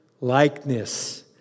Likeness